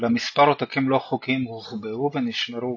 אולם מספר עותקים לא-חוקיים הוחבאו ונשמרו